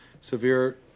Severe